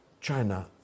China